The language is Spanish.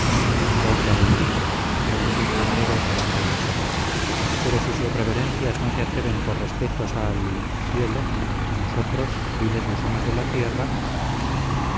vos lo habéis dicho repuso el camarero tomando una copa pero si sus reverencias no se atreven por respetos al cielo nosotros viles gusanos de la tierra